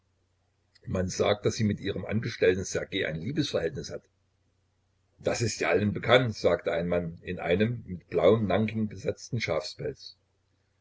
man sagt daß sie mit ihrem angestellten ssergej ein liebesverhältnis hat das ist ja allen bekannt sagte ein mann in einem mit blauem nanking besetzten schafspelz